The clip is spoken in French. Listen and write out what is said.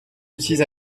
utilise